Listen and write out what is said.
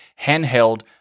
handheld